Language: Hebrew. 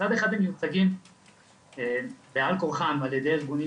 מצד אחד הם מיוצגים בעל כורכם על ידי ארגונים